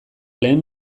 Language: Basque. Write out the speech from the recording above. lehen